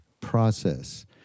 process